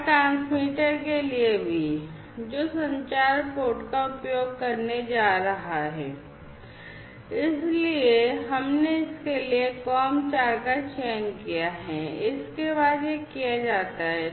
और ट्रांसमीटर के लिए भी जो संचार पोर्ट का उपयोग करने जा रहा है इसलिए हमने इसके लिए COM 4 का चयन किया है इसके बाद यह किया जाता है